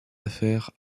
affaires